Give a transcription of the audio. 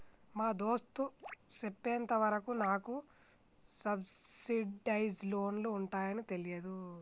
మా దోస్త్ సెప్పెంత వరకు నాకు సబ్సిడైజ్ లోన్లు ఉంటాయాన్ని తెలీదు